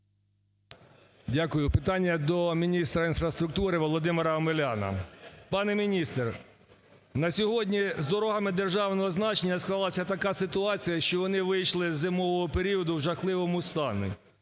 Дякую. Питання до міністра інфраструктури Володимира Омеляна. Пане міністр, на сьогодні з дорогами державного значення склалася така ситуація, що вони вийшли з зимового періоду в жахливому стані.